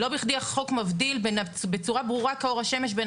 לא בכדי החוק מבדיל בצורה ברורה כאור השמש בין